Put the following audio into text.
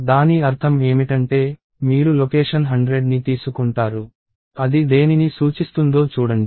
దాని అర్థం ఏమిటంటే మీరు లొకేషన్ 100 ని తీసుకుంటారు అది దేనిని సూచిస్తుందో చూడండి